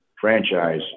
franchise